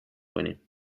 کنیم